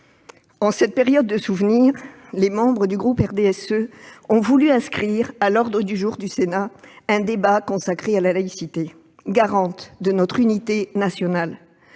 En cette période de souvenir, les membres du groupe du RDSE ont voulu inscrire à l'ordre du jour du Sénat un débat consacré à la laïcité, garante de notre unité nationale.